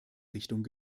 richtung